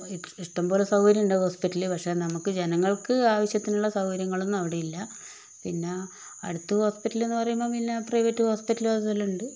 ഇഷ് ഇഷ്ടംപോലെ സൗകര്യം ഉണ്ടാവും ഹോസ്പിറ്റലിൽ പക്ഷേ നമുക്ക് ജനങ്ങൾക്ക് ആവശ്യത്തിനുള്ള സൗകര്യങ്ങളൊന്നും അവിടെ ഇല്ല പിന്നെ അടുത്ത് ഹോസ്പിറ്റലെന്ന് പറയുമ്പം പിന്നെ പ്രൈവറ്റ് ഹോസ്പിറ്റല് അതെല്ലാം ഉണ്ട്